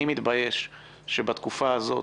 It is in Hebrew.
אני מתבייש שבתקופה הזאת